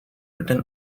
britain